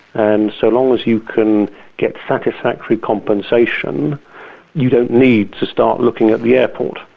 and so long as you can get satisfactory compensation you don't need to start looking at the airport.